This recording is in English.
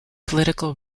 political